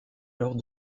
lors